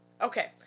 okay